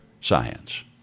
science